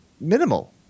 minimal